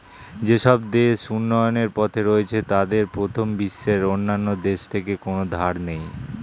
যেসব দেশ উন্নয়নের পথে রয়েছে তাদের প্রথম বিশ্বের অন্যান্য দেশ থেকে কোনো ধার নেই